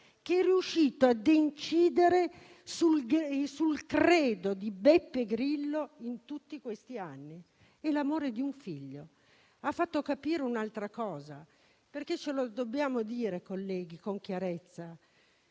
essere riuscito a incidere sul credo di Beppe Grillo di tutti questi anni. L'amore di un figlio ha fatto capire un'altra cosa, perché - ce lo dobbiamo dire, colleghi, con chiarezza